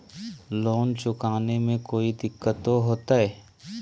Loan चुकाने में कोई दिक्कतों होते?